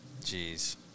Jeez